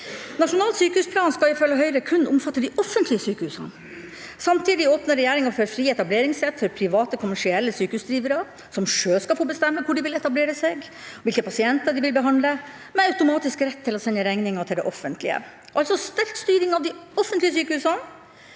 Nasjonal sykehusplan skal ifølge Høyre kun omfatte de offentlige sykehusene. Samtidig åpner regjeringa for fri etableringssrett for private kommersielle sykehusdrivere, som sjøl skal få bestemme hvor de vil etablere seg, hvilke pasienter de vil behandle, med automatisk rett til å sende regninga til det offentlige – altså sterk styring av de offentlige sykehusene,